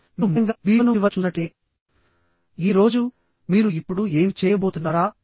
మీరు ముఖ్యంగా ఈ వీడియోను చివర్లో చూస్తున్నట్లయితే ఈ రోజు మీరు ఇప్పుడు ఏమి చేయబోతున్నారా